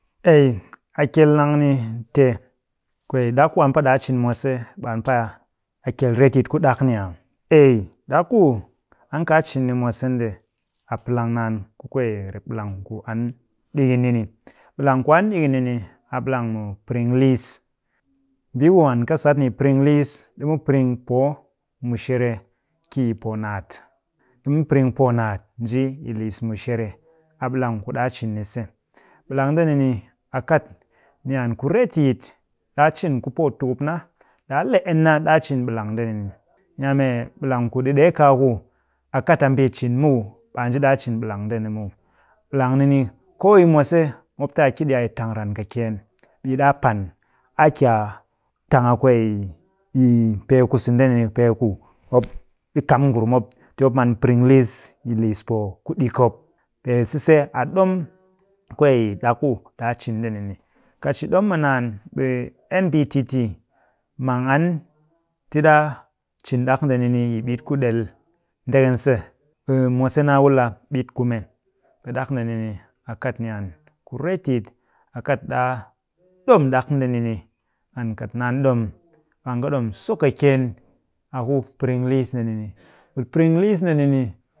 Ei, a kyel nang ni te kwee ɗak ku an pa ɗaa cin mwase, ɓe an pa a kyel retyit ku ɗak ni aa? Ei, ɗak ku an kaa cin ni mwase nde, a plang naan ku kwee rep ɓilang an ɗikin ni ni. Ɓilang ku an ɗikin ni ni a ɓilang mu piring liis. Mbii ku an kɨ sat ni yi piring liis, ɗimu piring poo mushere ki yi poo naat. Ɗimu piring poo naat nji yi liis mushere. A ɓilang ku ɗaa cin ni se. Ɓilang nde ni ni, a kat ni an ku retyit. Ɗaa cin ku pootukup na. Ɗaa le enna ɗaa cin ɓilang nde ni ni. Ni a mee ɓilang ku ɗi ɗee kaaku a kat a mbii cin muw, ɓe a nji ɗaa cin ɓilang nde ni muw. Ɓilang ni ni, koo yi mwase, mop te a ki ɗi a yi tang ran kɨkyeen, ɓe ɗaa pan a ki a tang a kwee, yi pee ku sende ni ni. Peeku mop ɗi kam ngurum mop ti mop man piring liis yi liipoo kuɗik mop. Pee sise, a ɗom kwee ɗak ku ɗaa cin nde ni ni. Kat shi ɗom mu naan ɓe nbtt mang an ti ɗaa cin ɗak nde ni ni yi ɓit ku ɗel ndekense. Ɓe mwase naa wul a ɓit kume. Ɓe ɗak nde ni ni, a kat ni an ku retyit. A kat ɗaa ɗom ɗak nde ni ni. And kat naan ɗom, ɓe an kɨ ɗom sokɨkyeen a ku piring liis nde ni ni.ɓe piring liis nde ni ni